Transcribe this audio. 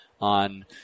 on